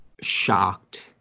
shocked